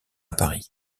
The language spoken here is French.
paris